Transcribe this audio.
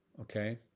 Okay